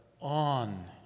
on